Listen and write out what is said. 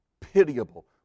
pitiable